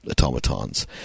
automatons